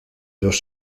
dos